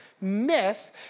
myth